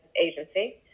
Agency